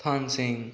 थान Singh